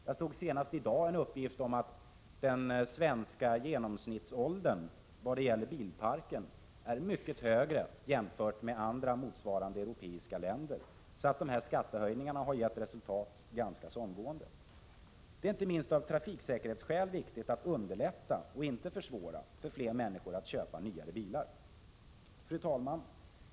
Jag såg senast i dag en uppgift om att genomsnittsåldern på den svenska bilparken är mycket högre än i andra motsvarande europeiska länder. Skattehöjningarna har alltså gett resultat ganska omgående. Det är viktigt, inte minst av trafiksäkerhetsskäl, att underlätta, inte försvåra, för fler människor att köpa nyare bilar. Fru talman!